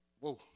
whoa